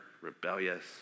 rebellious